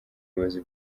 buyobozi